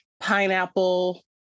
pineapple